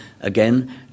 Again